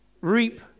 reap